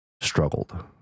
struggled